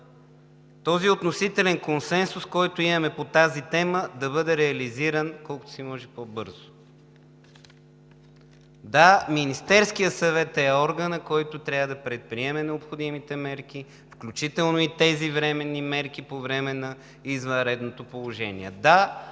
този относителен консенсус, който имаме по тази тема, да бъде реализиран колкото се може по-бързо. Да, Министерският съвет е органът, който трябва да предприеме необходимите мерки, включително и тези временни мерки по време на извънредното положение.